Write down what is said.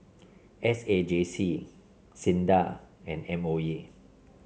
S A J C SINDA and M O E